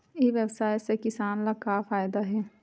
ई व्यवसाय से किसान ला का फ़ायदा हे?